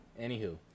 Anywho